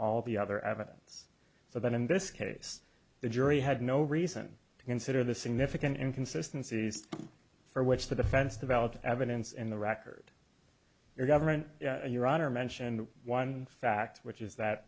all the other evidence so that in this case the jury had no reason to consider the significant inconsistency for which the defense developed evidence in the record your government your honor mention one fact which is that